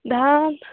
ধান